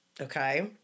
Okay